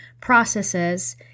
processes